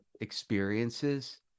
experiences